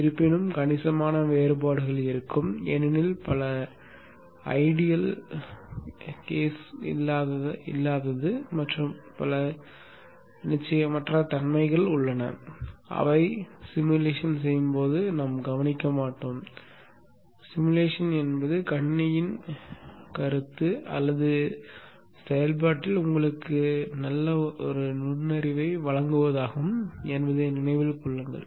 இருப்பினும் கணிசமான வேறுபாடுகள் இருக்கும் ஏனெனில் பல இலட்சியங்கள் அல்லாதவை மற்றும் பல நிச்சயமற்ற தன்மைகள் உள்ளன அவற்றை உருவகப்படுத்துதலில் நாம் கவனிக்க மாட்டோம் உருவகப்படுத்துதல் என்பது கணினியின் கருத்து அல்லது செயல்பாட்டில் உங்களுக்கு நல்ல நுண்ணறிவை வழங்குவதாகும் என்பதை நினைவில் கொள்ளுங்கள்